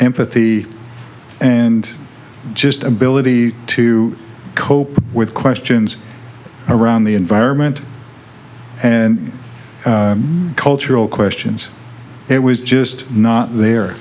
empathy and just ability to cope with questions around the environment and cultural questions it was just not there